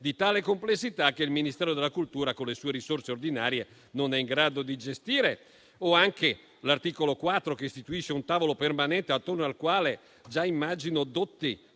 di tale complessità che il Ministero della cultura con le sue risorse ordinarie non sia in grado di gestire. L'articolo 4 istituisce un tavolo permanente attorno al quale già immagino che dotti